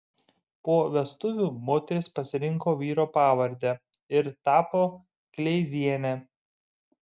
po vestuvių moteris pasirinko vyro pavardę ir tapo kleiziene